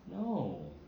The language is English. no